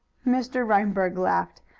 mr. reinberg laughed.